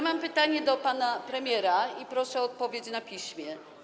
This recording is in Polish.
Mam pytanie do pana premiera i proszę o odpowiedź na piśmie.